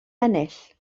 ennill